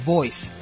Voice